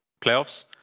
playoffs